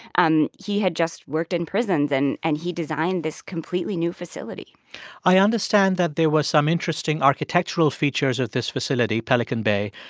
um he had just worked in prisons. and and he designed this completely new facility i understand that there was some interesting architectural features with this facility, pelican bay.